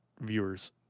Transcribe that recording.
viewers